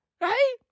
Right